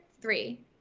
three